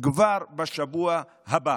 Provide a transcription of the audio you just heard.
כבר בשבוע הבא,